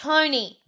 Tony